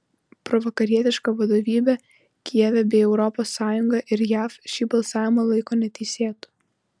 provakarietiška vadovybė kijeve bei europos sąjunga ir jav šį balsavimą laiko neteisėtu